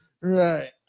Right